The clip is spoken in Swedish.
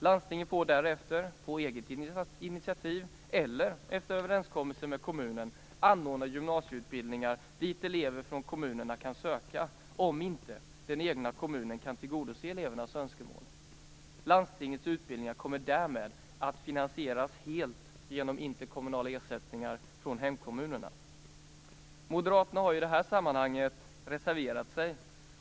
Landstingen får därefter, på eget initiativ eller efter överenskommelse med kommunen, anordna gymnasieutbildningar som elever kan söka till om inte den egna kommunen kan tillgodose elevernas önskemål. Landstingets utbildningar kommer därmed att finansieras helt genom interkommunala ersättningar från hemkommunerna. Moderaterna har i det här sammanhanget reserverat sig.